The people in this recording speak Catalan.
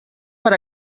per